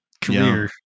career